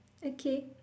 okay